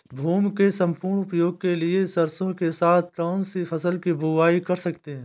भूमि के सम्पूर्ण उपयोग के लिए सरसो के साथ कौन सी फसल की बुआई कर सकते हैं?